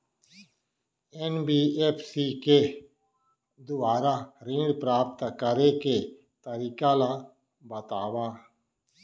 NBFC के दुवारा ऋण प्राप्त करे के तरीका ल बतावव?